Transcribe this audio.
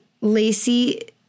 Lacey